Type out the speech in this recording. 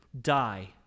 die